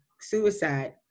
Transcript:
suicide